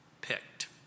picked